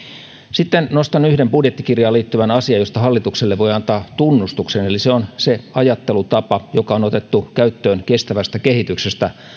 sitten nostan yhden budjettikirjaan liittyvän asian josta hallitukselle voi antaa tunnustuksen eli se on se ajattelutapa joka on otettu käyttöön kestävästä kehityksestä